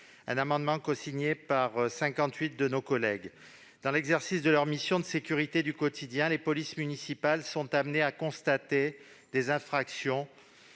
a été cosigné par 58 de nos collègues. Dans l'exercice de leurs missions de sécurité du quotidien, les polices municipales sont amenées à constater des infractions